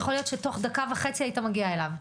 יכול להיות שתוך דקה וחצי היית מגיע אליו.